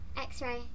X-ray